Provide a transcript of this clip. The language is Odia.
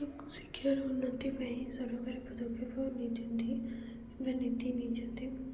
ଶିକ୍ଷାର ଉନ୍ନତି ପାଇଁ ସରକାରୀ ପଦକ୍ଷେପ ନେଇଛନ୍ତି ବା ନୀତି ନିଯୁକ୍ତି